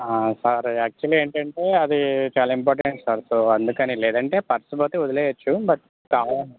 sir actually ఏంటంటే అది చాలా ఇంపార్టెంట్ సార్ సో అందుకని లేదంటే పర్స్ పోతే వదిలేయవచ్చు బట్ కావాల